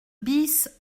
bis